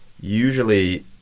Usually